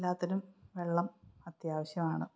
എല്ലാത്തിനും വെള്ളം അത്യാവശ്യമാണ്